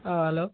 ആ ഹലോ